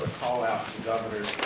call out to governors